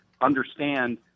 understand